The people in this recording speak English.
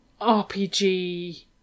RPG